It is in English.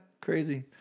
crazy